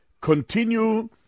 continue